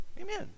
Amen